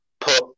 put